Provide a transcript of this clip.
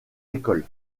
écoles